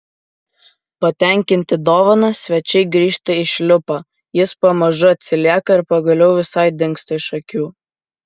patenkinti dovana svečiai grįžta į šliupą jis pamažu atsilieka ir pagaliau visai dingsta iš akių